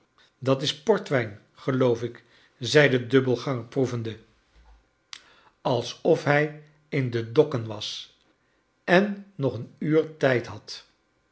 dat is portwijn geloof ik zei de dubbelgnnger proevende alsof hij in de dokken was en nog een uur tijd had